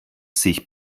sich